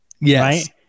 Yes